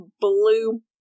blue